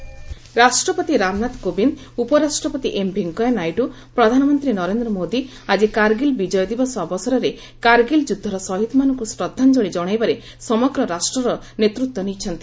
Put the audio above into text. କାର୍ଗିଲ୍ ରାଷ୍ଟ୍ରପତି ରାମନାଥ କୋବିନ୍ଦ ଉପରାଷ୍ଟ୍ରପତି ଏମ୍ ଭେଙ୍କୟା ନାଇଡ଼ୁ ପ୍ରଧାନମନ୍ତ୍ରୀ ନରେନ୍ଦ୍ର ମୋଦି ଆଜି କାର୍ଗିଲ୍ ବିଜୟ ଦିବସ ଅବସରରେ କାର୍ଗିଲ୍ ଯୁଦ୍ଧର ଶହୀଦ୍ମାନଙ୍କୁ ଶ୍ରଦ୍ଧାଞ୍ଚଳୀ ଜଣାଇବାରେ ସମଗ୍ର ରାଷ୍ଟ୍ରର ନେତୃତ୍ୱ ନେଇଛନ୍ତି